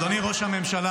אדוני ראש הממשלה,